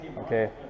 Okay